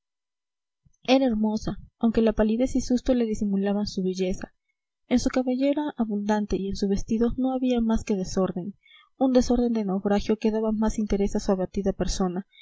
hermosa aunque la palidez y susto le disimulaban su belleza en su cabellera abundante y en su vestido no había más que desorden un desorden de naufragio que daba más interés a su abatida persona